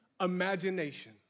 imagination